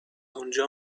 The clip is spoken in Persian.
اونجا